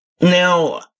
now